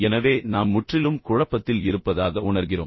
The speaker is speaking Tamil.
எனவே நாம் முற்றிலும் குழப்பத்தில் இருப்பதாக உணர்கிறோம்